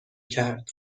کرد